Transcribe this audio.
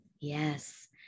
Yes